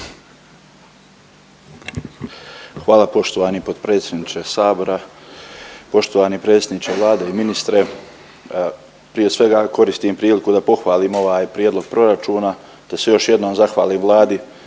Hvala poštovani potpredsjedniče sabora, poštovani predsjedniče Vlade i ministre. Prije svega koristim priliku da pohvalim ovaj prijedlog proračuna, te se još jednom zahvalim Vladi